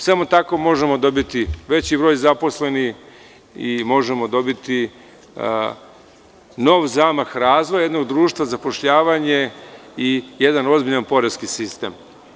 Samo tako možemo dobiti veći broj zaposlenih i možemo dobiti novi zamah razvoja jednog društva, zapošljavanje i jedan ozbiljan poreski sistem.